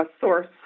source